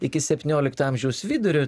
iki septyniolikto amžiaus vidurio